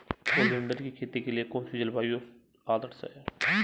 Oleander की खेती के लिए कौन सी जलवायु आदर्श है?